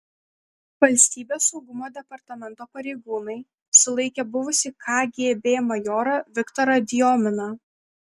valstybės saugumo departamento pareigūnai sulaikė buvusį kgb majorą viktorą diominą